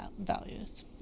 values